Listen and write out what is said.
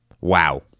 Wow